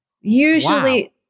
Usually